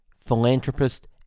philanthropist